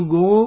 go